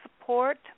support